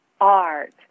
art